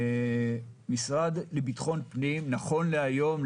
משרד לביטחון הפנים נכון להיום,